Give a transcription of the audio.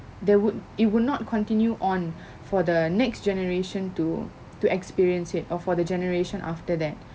there would it would not continue on for the next generation to to experience it or for the generation after that